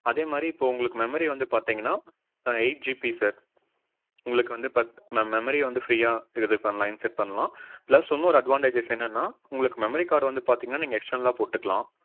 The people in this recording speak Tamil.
அதே மாதிரி இப்போது உங்களுக்கு மெமரி வந்து பார்த்தீங்கன்னா எயிட் ஜிபி சார் உங்களுக்கு வந்து பர் மெ மெமரியை வந்து ஃப்ரீயா இது பண்ணலாம் இன்ஸெர்ட் பண்ணலாம் ப்ளஸ் இன்னொரு அட்வான்டேஜஸ் என்னென்னா உங்களுக்கு மெமரி கார்டு வந்து பார்த்தீங்கன்னா நீங்கள் எக்ஸ்டர்னலா போட்டுக்கலாம்